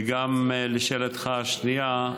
וגם, לשאלתך השנייה,